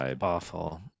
awful